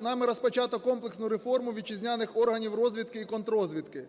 нами розпочато комплексну реформу вітчизняних органів розвідки і контррозвідки.